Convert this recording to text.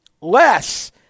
less